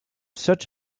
such